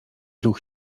ruch